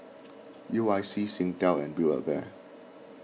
U I C Singtel and Build A Bear